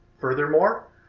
furthermore